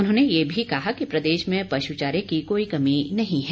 उन्होंने ये भी कहा कि प्रदेश में पशु चारे की कोई कमी नही है